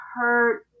hurt